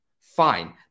fine